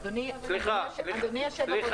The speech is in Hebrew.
אדוני היושב-ראש.